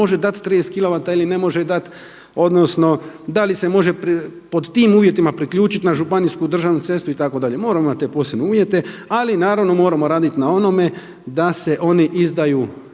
može dati 30 kilovata ili ne može dati odnosno da li se može pod tim uvjetima priključiti na županijsku državnu cestu itd., moramo imati te posebne uvjete ali naravno moramo raditi na onome da se oni izdaju